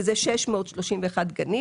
ואלה 631 גני